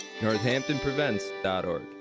NorthamptonPrevents.org